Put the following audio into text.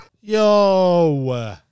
Yo